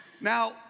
Now